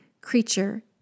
creature